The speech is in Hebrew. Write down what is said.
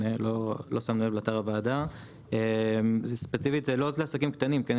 זה לא ספציפית עבור עסקים קטנים; יש